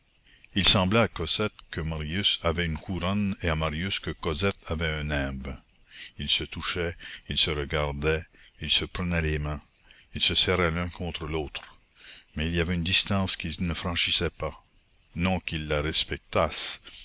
il semblait à cosette que marius avait une couronne et à marius que cosette avait un nimbe ils se touchaient ils se regardaient ils se prenaient les mains ils se serraient l'un contre l'autre mais il y avait une distance qu'ils ne franchissaient pas non qu'ils la